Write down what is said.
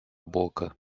boca